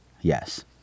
Yes